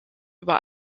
über